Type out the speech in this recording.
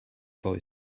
boy